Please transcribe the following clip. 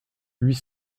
huit